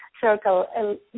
circle